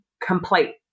complete